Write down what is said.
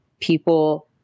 people